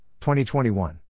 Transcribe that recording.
2021